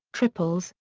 triples,